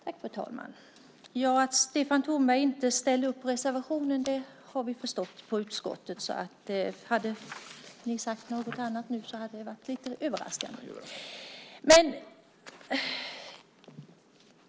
Fru talman! Att Stefan Tornberg inte ställer upp på reservationen har vi förstått i utskottet, så hade han sagt något annat nu hade det varit lite överraskande.